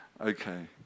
Okay